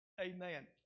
Amen